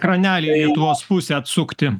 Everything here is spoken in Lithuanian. kraneliai į lietuvos pusę atsukti